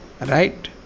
Right